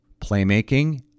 playmaking